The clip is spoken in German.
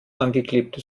angeklebtes